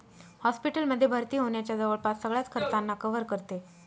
hospital मध्ये भर्ती होण्याच्या जवळपास सगळ्याच खर्चांना कव्हर करते